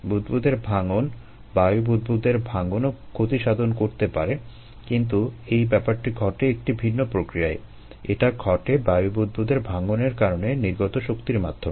বুদবুদের ভাঙন বায়ু বুদবুদের ভাঙনও ক্ষতি সাধন করতে পারে কিন্তু এই ব্যাপারটি ঘটে একটি ভিন্ন প্রক্রিয়ায় এটা ঘটে বায়ু বুদবুদের ভাঙনের কারণে নির্গত শক্তির মাধ্যমে